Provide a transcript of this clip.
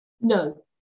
No